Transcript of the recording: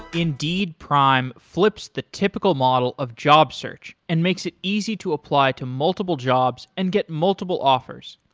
indeed prime flips the typical model of job search and makes it easy to apply to multiple jobs and get multiple offers.